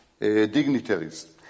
dignitaries